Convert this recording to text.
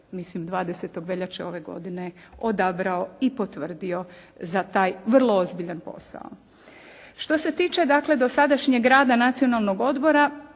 mislim 20. veljače ove godine odabrao i potvrdio za taj vrlo ozbiljan posao. Što se tiče, dakle dosadašnjeg rada Nacionalnog odbora